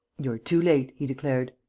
you're too late, he declared.